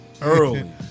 Early